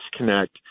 disconnect